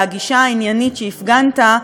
והגישה העניינית שהפגנת,